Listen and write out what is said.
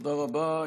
תודה רבה.